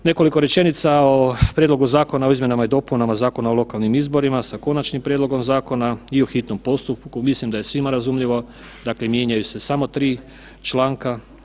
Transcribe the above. Nekoliko rečenica o Prijedlogu Zakona o izmjenama i dopunama Zakona o lokalnim izborima sa konačnim prijedlogom zakona i u hitnom postupku, mislim da je svima razumljivo dakle mijenjaju se samo 3 članka.